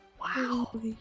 Wow